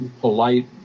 polite